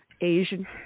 Asian